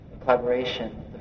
collaboration